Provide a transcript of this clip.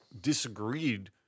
disagreed